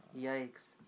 Yikes